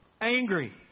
Angry